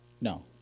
No